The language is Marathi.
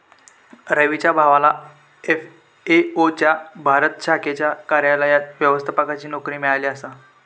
रवीच्या भावाला एफ.ए.ओ च्या भारत शाखेच्या कार्यालयात व्यवस्थापकाची नोकरी मिळाली आसा